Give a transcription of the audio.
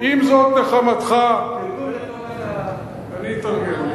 אם זאת נחמתך, תרגום, תרגום לטובת, אני אתרגם.